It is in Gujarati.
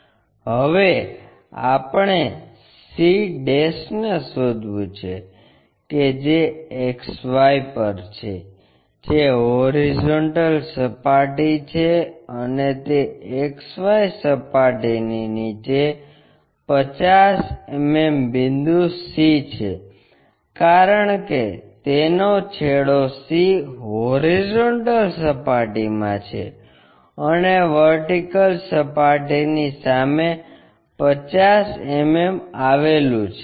અને હવે આપણે C ને શોધવું છે કે જે XY પર છે જે હોરિઝોન્ટલ સપાટી છે અને તે XY સપાટીની નીચે 50 mm બિંદુ C છે કારણ કે તેનો છેડો C હોરિઝોન્ટલ સપાટીમાં છે અને વર્ટિકલ સપાટીની સામે 50 mm આવેલું છે